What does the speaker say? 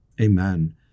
Amen